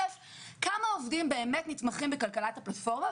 כמה עובדים באמת נתמכים בכלכלת הפלטפורמה.